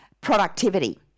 productivity